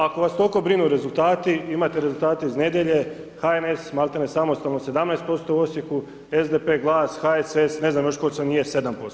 Ako vas toliko brinu rezultati, imate rezultate iz nedjelje, HNS, maltene samostalno 17% u Osijeku, SDP, GLAS, HSS, ne znam tko sve nije, 7%